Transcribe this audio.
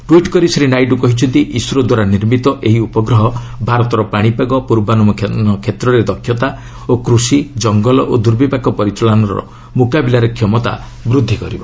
tweet କରି ଶ୍ରୀ ନାଇଡୁ କହିଛନ୍ତି ଇସ୍ରୋଦ୍ୱାରା ନିର୍ମିତ ଏହି ଉପଗ୍ରହ ଭାରତର ପାଣିପାଗ ପୂର୍ବାନୁମାନ କ୍ଷେତ୍ରରେ ଦକ୍ଷତା ଓ କୃଷି ଜଙ୍ଗଲ ଓ ଦୂର୍ବିପାକ ପରିଚାଳନାର ମୁକାବିଲାରେ କ୍ଷମତା ବୃଦ୍ଧି କରିବ